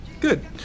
Good